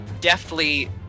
deftly